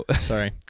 Sorry